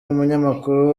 umunyamakuru